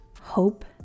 hope